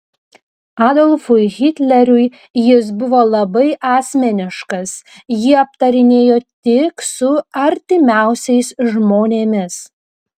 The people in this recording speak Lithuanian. adolfui hitleriui jis buvo labai asmeniškas jį aptarinėjo tik su artimiausiais žmonėmis